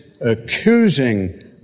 accusing